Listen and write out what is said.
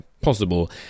possible